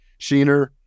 Sheener